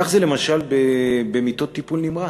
כך זה, למשל, במיטות טיפול נמרץ.